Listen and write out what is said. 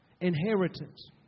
inheritance